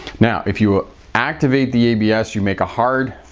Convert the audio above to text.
now if you ah activate the abs you make a hard,